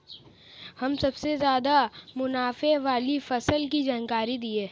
हमें सबसे ज़्यादा मुनाफे वाली फसल की जानकारी दीजिए